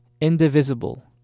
indivisible